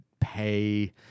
pay